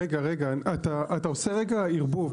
רגע, אתה עושה ערבוב.